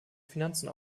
finanzen